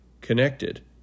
connected